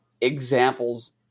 examples